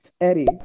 Eddie